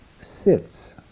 sits